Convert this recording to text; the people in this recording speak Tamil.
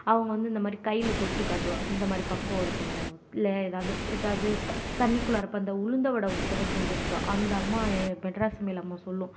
அவங்க வந்து இந்தமாதிரி கையில தொட்டு காட்டுவாங்க இந்தமாதிரி பக்குவம் இருக்கணும் இல்லை எதாவது எதாவது தண்ணிக்குள்ளார இப்போ இந்த உளுந்த வடை ஒரு தடவை செஞ்சிருந்தோம் அந்த அம்மா மெட்ராஸ் சமையல் அம்மா சொல்லும்